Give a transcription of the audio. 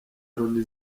loni